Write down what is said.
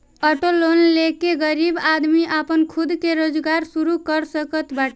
auto loan ले के गरीब आदमी आपन खुद के रोजगार शुरू कर सकत बाटे